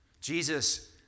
Jesus